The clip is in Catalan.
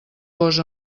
gos